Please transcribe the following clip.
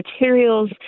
materials